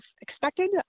expected